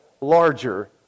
larger